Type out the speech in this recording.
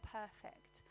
perfect